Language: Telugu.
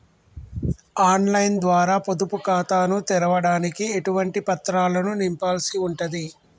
ఆన్ లైన్ ద్వారా పొదుపు ఖాతాను తెరవడానికి ఎటువంటి పత్రాలను నింపాల్సి ఉంటది?